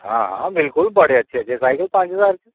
आं हां बड़े अच्छे साईकिल पंज ज्हार दे